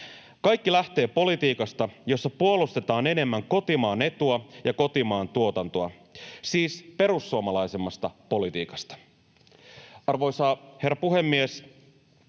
Kaikki lähtee politiikasta, jossa puolustetaan enemmän kotimaan etua ja kotimaan tuotantoa, siis perussuomalaisemmasta politiikasta. Arvoisa herra puhemies!